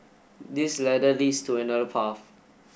this ladder leads to another path